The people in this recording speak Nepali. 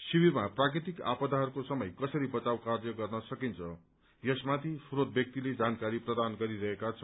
शिविरमा प्राकृतिक आपदाहरूको समय कसरी बचाव कार्य गर्न सकिन्छ यसमाथि श्रोत व्यक्तिले जानकारी प्रदान गरिरहेका छन्